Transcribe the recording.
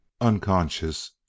Unconscious